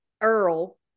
earl